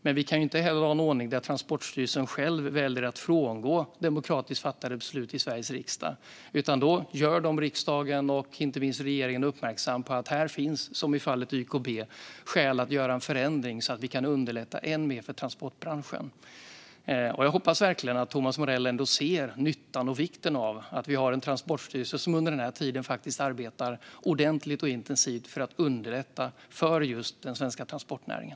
Men vi kan inte ha en ordning där Transportstyrelsen själv väljer att frångå beslut som fattats demokratiskt i Sveriges riksdag. I stället uppmärksammar de riksdagen och inte minst regeringen på att det finns skäl att göra en förändring, som i fallet med YKB, så att vi kan underlätta än mer för transportbranschen. Jag hoppas verkligen att Thomas Morell ändå ser nyttan och vikten av att vi har en transportstyrelse som under den här tiden arbetar ordentligt och intensivt för att underlätta för den svenska transportnäringen.